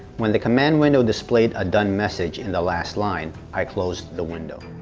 when the command window displayed a done message in the last line, i closed the window.